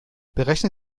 berechne